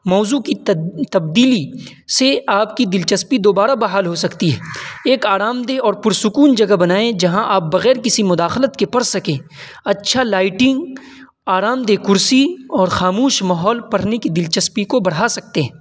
موضوع کی تبدیلی سے آپ کی دلچسپی دوبارہ بحال ہو سکتی ہے ایک آرام دہ اور پرسکون جگہ بنائیں جہاں آپ بغیر کسی مداخلت کے پڑھ سکیں اچھا لائٹنگ آرام دہ کرسی اور خاموش ماحول پڑھنے کی دلچسپی کو بڑھا سکتے ہیں